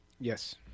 Yes